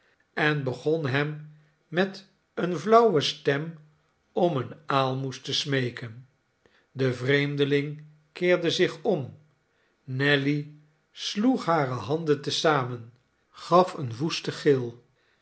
en begon hem met eene flauwe stem om eene aalmoes te smeeken de vreemdeling keerde zich om nelly sloeg hare handen te zamen gaf een woesten gil